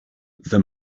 the